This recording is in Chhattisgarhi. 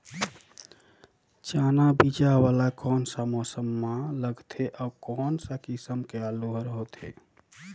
चाना बीजा वाला कोन सा मौसम म लगथे अउ कोन सा किसम के आलू हर होथे?